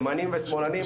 ימנים ושמאלנים,